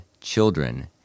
children